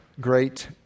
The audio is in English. great